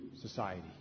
society